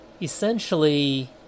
essentially